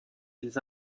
les